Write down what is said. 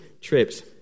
trips